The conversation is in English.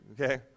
okay